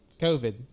COVID